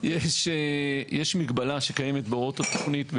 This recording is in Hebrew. יש מגבלה שקיימת בהוראות התוכנית,